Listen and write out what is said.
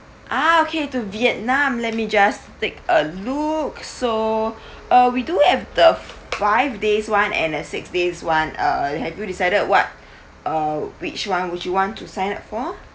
ah okay to vietnam let me just take a look so uh we do have the five days one and a six days one err have you decided what uh which one would you want to sign up for